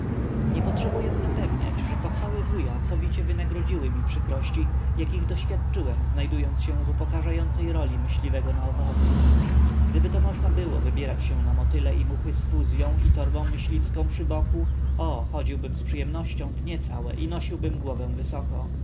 nie potrzebuję zapewniać że pochwały wuja sowicie wynagrodziły mi przykrości jakich doświadczyłem znajdując się w upokarzającej roli myśliwego na owady gdyby to można było wybierać się na motyle i muchy z fuzyą i torbą myśliwską przy boku o chodziłbym z przyjemnością dnie całe i nosiłbym głowę wysoko